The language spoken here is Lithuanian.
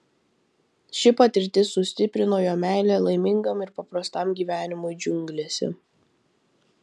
ši patirtis sustiprino jo meilę laimingam ir paprastam gyvenimui džiunglėse